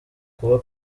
kuba